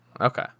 Okay